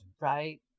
right